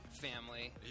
family